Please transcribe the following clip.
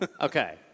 Okay